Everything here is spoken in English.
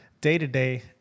day-to-day